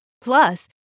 Plus